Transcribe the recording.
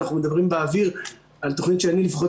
אנחנו מדברים באוויר על תוכנית שאני לפחות